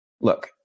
Look